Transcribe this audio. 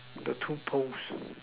the two poles